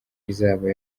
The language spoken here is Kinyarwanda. izaba